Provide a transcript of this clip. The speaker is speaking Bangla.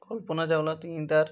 কল্পনা চাওলা তিনি তার